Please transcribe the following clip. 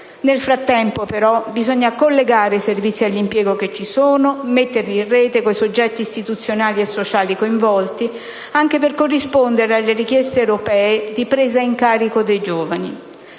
Nel frattempo, però, bisogna collegare i servizi per l'impiego che ci sono, metterli in rete con i soggetti istituzionali e sociali coinvolti, anche per corrispondere alle richieste europee di presa in carico dei giovani.